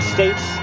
States